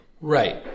Right